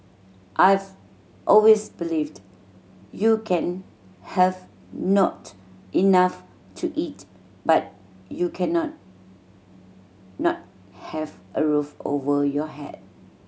I've always believed you can have not enough to eat but you cannot not not have a roof over your head